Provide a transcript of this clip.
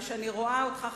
וכשאני רואה אותך,